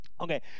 Okay